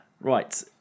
Right